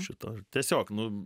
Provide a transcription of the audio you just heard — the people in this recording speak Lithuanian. šito tiesiog nu